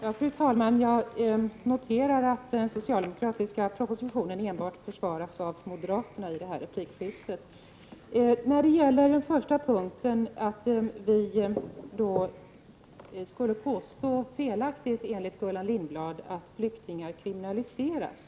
Fru talman! Jag noterar att den socialdemokratiska propositionen försvaras enbart av moderaterna i det här replikskiftet. Gullan Lindblad gör gällande att vi felaktigt skulle påstå att flyktingar kriminaliseras.